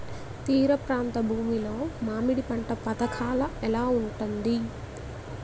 తీర ప్రాంత భూమి లో మామిడి పంట పథకాల ఎలా ఉంటుంది?